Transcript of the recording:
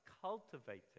cultivating